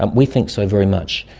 um we think so very much.